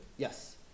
Yes